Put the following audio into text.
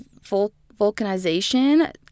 vulcanization